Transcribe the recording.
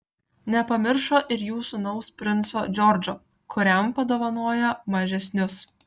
nepamiršo ir jų sūnaus princo džordžo kuriam padovanojo mažesnius